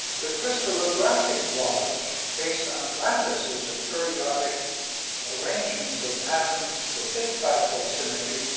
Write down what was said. the crystallographic laws, based on lattices and periodic arrangements of atoms, forbid five-fold symmetry,